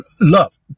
love